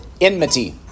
enmity